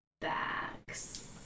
backs